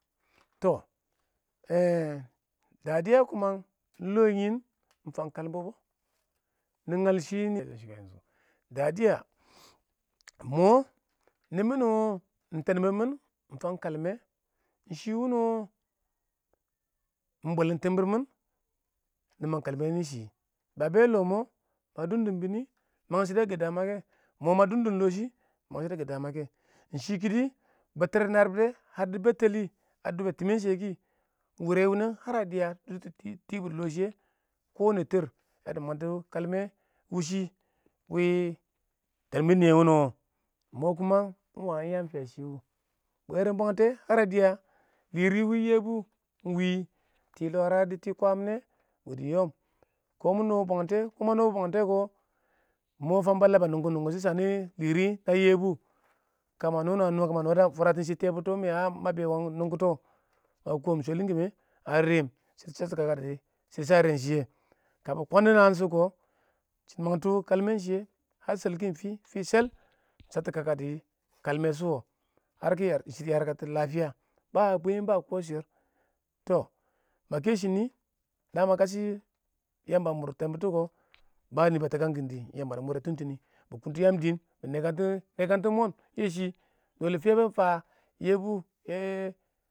tɔ ɛh dadiya ɪn longɪm nɪ iɪng fan kalmɛ bɪ nɪ ngal shɪ nɪ dadiya, mɪ niɪmbɪ wɪɪn iɪng tanbʊm mɪn fan kalmɛ iɪng shɪ war ɪn bwɛla tɪmbɪr mɪn nɪ mang kalmɛ yani shɪ ba da lɔ mʊ ba dʊm dʊm bɪnɪ mang shidɔ mʊ ma dʊm dʊm longɪm shɪ manga shɪdo shɪ kiɪdɪ bɛttɛra narɪb ngar dɪ bəteli a tɪman shɪya wurɛ wanang ngar dɪya kʊ tɛɛrdɪ mangtɔ kalma wɪɪn tɛnbʊn niyɛ wʊnɔ wo mɪ wa iɪng yam fɪya shɪ. bwarɪn bwangtɛ ngare dɪya lɪn wɪɪn yɛbʊ wɪɪn tɪ lɪwarɛ dɪ tɪ kwamawɛ, dɪ yam kʊ mɪ ba bwangta kʊ ma na bwangtɛ kʊ mɪ hɔ bwangta kɪ ma na bwangtɛ kʊ iɪng mmɔ fang balla ba hʊnggʊn nʊngʊm shɪ shanɪ lɪrɪ na yɛbʊ kə ma nɔ na mm=wa nɔ, kama ha da fwaɛtɪn shɪ tɛa bʊtʊn wo, na mɪ ma be wangɪn nʊngʊtɔ ma kɪlɪn shawlɪn kɪmɔ a rɪm shɪ dɪ shattɔ kakɛ kə bɪ kwanda naan shʊr wa kɛ shɪ mangtɔ kalmɪn shɪya lamtʊm shalkɪn fɪ, fɪ shɛi bɪ shattɔ dɪ kalmɛ shʊwa iɪng yarka ba bwɪm ba kə shʊr tɔ na kɛ shɪ shɪn nɪ, kashɪ Yamba mʊr tɛɛn bʊn tu kʊ, banɪ ba tɪkang kɪm dɪ Yamba dɪ mʊr yam dɪɪn kɪ nɛkang moon yɛ shɪ yɛbʊ yɛ